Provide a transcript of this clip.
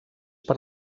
per